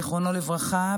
זיכרונו לברכה,